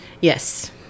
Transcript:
Yes